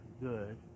good